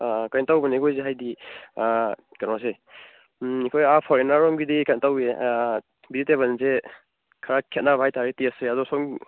ꯀꯩꯅꯣ ꯇꯧꯕꯅꯦ ꯑꯩꯈꯣꯏꯁꯦ ꯍꯥꯏꯗꯤ ꯀꯩꯅꯣꯁꯦ ꯑꯩꯈꯣꯏ ꯑꯥ ꯐꯣꯔꯦꯅ꯭ꯔꯔꯣꯝꯒꯤꯗꯤ ꯀꯩꯅꯣ ꯇꯧꯏ ꯕꯤꯖꯤꯇꯦꯕꯜꯁꯦ ꯈꯔ ꯈꯦꯠꯅꯕ ꯍꯥꯏ ꯇꯥꯔꯦ ꯇꯦꯁꯁꯦ ꯑꯗꯣ ꯁꯨꯝ